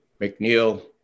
McNeil